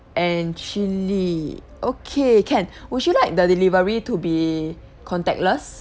and chilli okay can would you like the delivery to be contactless